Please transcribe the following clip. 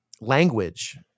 language